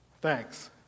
Thanks